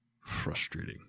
Frustrating